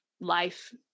life